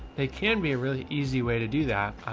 they can be a really easy way to do that.